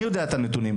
אני יודע את הנתונים.